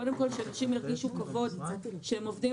קודם כול שאנשים ירגישו כבוד שהם עובדים